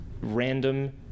random